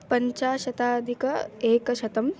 पञ्चाशतधिक एकशतम्